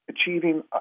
achieving